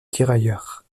tirailleurs